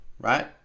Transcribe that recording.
right